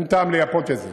אין טעם לייפות את זה,